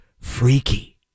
Freaky